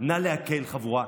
אלא אתם.